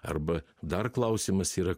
arba dar klausimas yra